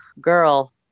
girl